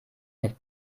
mit